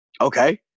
okay